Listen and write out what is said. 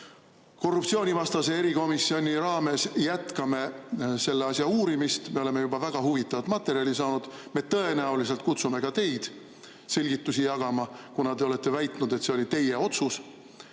korruptsioonivastase erikomisjoni raames me jätkame selle asja uurimist, oleme juba väga huvitavat materjali saanud. Tõenäoliselt kutsume ka teid selgitusi jagama, kuna te olete väitnud, et see oli teie otsus,